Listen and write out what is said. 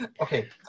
Okay